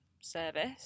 service